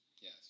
Yes